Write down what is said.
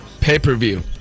Pay-per-view